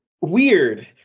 weird